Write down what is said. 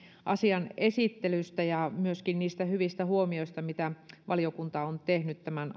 asian esittelystä ja myöskin niistä hyvistä huomioista mitä valiokunta on tehnyt tämän